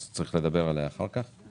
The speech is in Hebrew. וצריך לדבר עליה אחר כך.